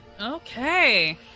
Okay